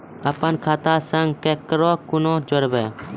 अपन खाता संग ककरो कूना जोडवै?